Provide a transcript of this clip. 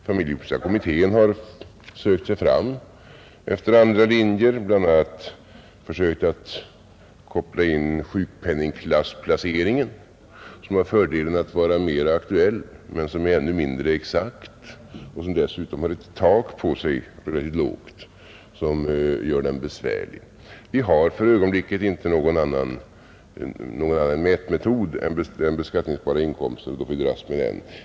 Familjepolitiska kommittén har sökt sig fram efter andra linjer och bl.a. försökt koppla in sjukpenningklassplaceringen, som har fördelen att vara mera aktuell men som är ännu mindre exakt och som dessutom har ett tak, för övrigt lågt som gör den besvärlig. Vi har för ögonblicket inte någon annan mätmetod än den beskattningsbara inkomsten, och då får vi dras med den.